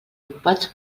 ocupats